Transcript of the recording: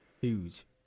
Huge